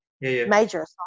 major